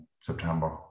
September